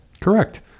Correct